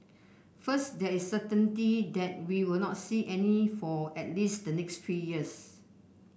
first there is certainty that we will not see any for at least the next three years